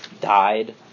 died